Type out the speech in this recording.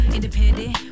Independent